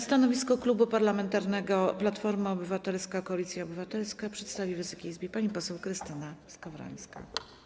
Stanowisko Klubu Parlamentarnego Platforma Obywatelska - Koalicja Obywatelska przedstawi Wysokiej Izbie pani poseł Krystyna Skowrońska.